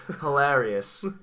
hilarious